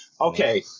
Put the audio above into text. Okay